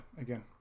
again